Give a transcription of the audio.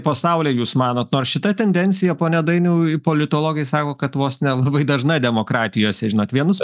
pasauly jūs manot nors šita tendencija pone dainiau politologai sako kad vos ne labai dažna demokratijose žinot vienus